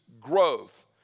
growth